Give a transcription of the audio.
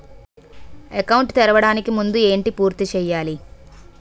Account తెరవడానికి ముందు ఏంటి పూర్తి చేయాలి?